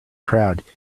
crowd